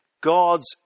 God's